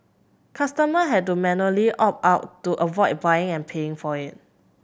customer had to manually opt out to avoid buying and paying for it